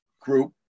group